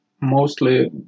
mostly